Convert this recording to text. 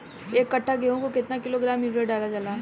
एक कट्टा गोहूँ में केतना किलोग्राम यूरिया डालल जाला?